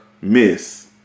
miss